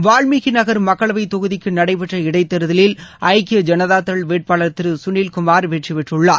வால்மீகி நகர் மக்களவை தொகுதிக்கு நடைபெற்ற இடைத்தேர்தலில் ஐக்கிய ஜனதா தள் வேட்பாளர் திரு சுனில் குமார் வெற்றிபெற்றுள்ளார்